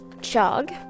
chug